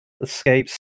escapes